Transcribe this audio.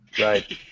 Right